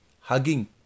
hugging